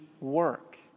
work